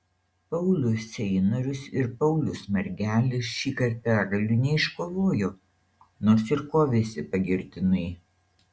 paulius ceinorius ir paulius margelis šįkart pergalių neiškovojo nors ir kovėsi pagirtinai